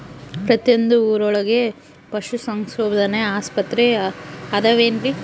ಪ್ರತಿಯೊಂದು ಊರೊಳಗೆ ಪಶುಸಂಗೋಪನೆ ಆಸ್ಪತ್ರೆ ಅದವೇನ್ರಿ?